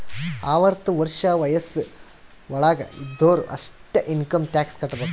ಅರ್ವತ ವರ್ಷ ವಯಸ್ಸ್ ವಳಾಗ್ ಇದ್ದೊರು ಅಷ್ಟೇ ಇನ್ಕಮ್ ಟ್ಯಾಕ್ಸ್ ಕಟ್ಟಬೇಕ್